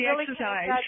exercise